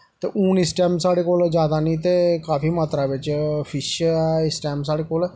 ते हून इसलै साढ़े कोल जादा निं ते काफी मात्रा बिच्च फिश ऐ इस टाइम साढ़े कोल